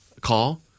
call